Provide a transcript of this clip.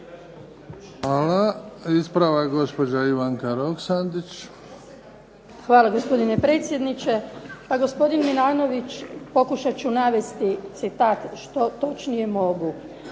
Hvala. Ispravak gospođa Ivanka Roksandić. **Roksandić, Ivanka (HDZ)** Hvala gospodine predsjedniče. Pa gospodin Milanović, pokušat ću navesti citat što točnije mogu.